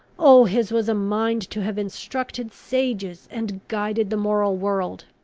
oh, his was a mind to have instructed sages, and guided the moral world!